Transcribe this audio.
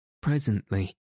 Presently